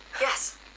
Yes